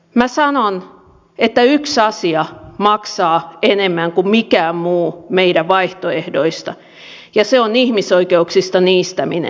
minä sanon että yksi asia maksaa enemmän kuin mikään muu meidän vaihtoehdoistamme ja se on ihmisoikeuksista niistäminen